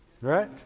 Right